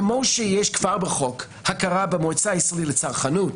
כמו שיש כבר בחוק הכרה במועצה הישראלית לצרכנות,